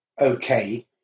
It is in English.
Okay